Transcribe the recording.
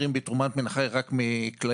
בתרומה מן החי אנחנו מדברים רק על כליות,